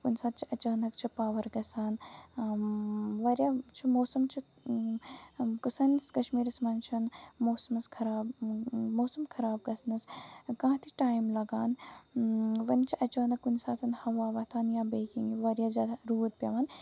کُنہِ ساتہٕ چھُ اَچانک چھُ پاور گژھان واریاہ چھُ موسَم چھُ سانِس کَشمیٖرَس منٛز چھُنہٕ موسَمَس خراب موسَم خراب گژھنَس کانٛہہ تہِ ٹایم لگان وۄنۍ چھِ اَچانک کُنہِ ساتہٕ ہَوا وۄتھان یا بیٚیہِ کیٚنٛہہ یا واریاہ زیادٕ روٗد پیٚوان